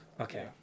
Okay